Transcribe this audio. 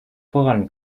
voran